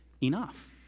enough